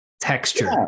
texture